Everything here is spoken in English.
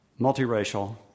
multiracial